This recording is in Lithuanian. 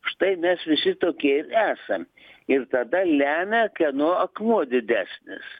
štai mes visi tokie ir esam ir tada lemia kieno akmuo didesnis